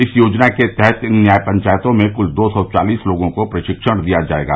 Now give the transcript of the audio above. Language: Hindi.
इस योजना के तहत इन न्याय पंचायतों में कूल दो सौ चालीस लोगों को प्रशिक्षण दिया जायेगा